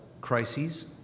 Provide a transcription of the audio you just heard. crises